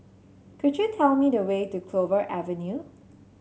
could you tell me the way to Clover Avenue